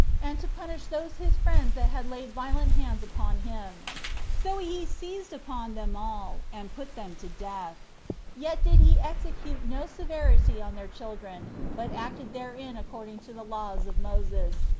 and to punish those his friends that had laid violent hands upon him so he seized upon them all, and put them to death yet did he execute no severity on their children, but acted therein according to the laws of moses,